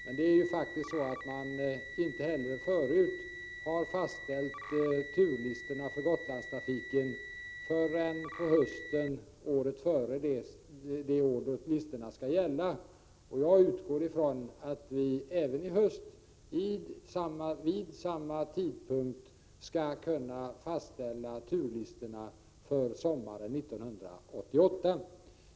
Men man har ju faktiskt inte heller förut fastställt turlistorna för Gotlandstrafiken förrän på hösten året före det år då listorna skall gälla. Jag utgår från att vi även i höst vid samma tidpunkt skall kunna fastställa turlistorna för sommaren 1988.